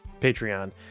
Patreon